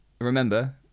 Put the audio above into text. Remember